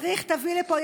צריך שתביא לפה,